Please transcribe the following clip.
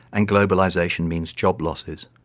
and globalization means job losses.